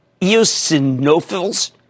eosinophils